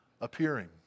appearing